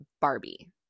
Barbie